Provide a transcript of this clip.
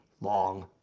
long